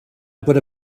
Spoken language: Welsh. bod